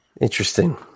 Interesting